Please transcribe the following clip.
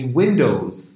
windows